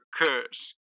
occurs